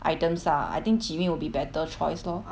items ah I think 集运 will be better choice lor